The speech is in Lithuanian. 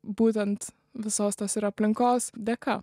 būtent visos tos ir aplinkos dėka